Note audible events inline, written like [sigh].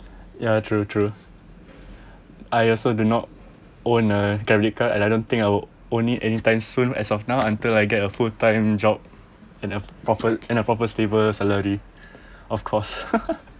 ya true true I also do not own a credit card and I don't think I will own it anytime soon as of now until I get a full time job and a proper and a proper stable salary of course [laughs]